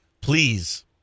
Please